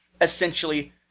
Essentially